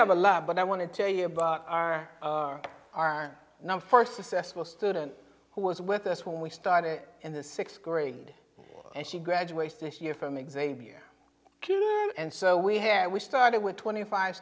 have a lot but i want to tell you about our our now four successful student who was with us when we started in the sixth grade and she graduates this year from exam year and so we had we started with twenty five